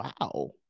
Wow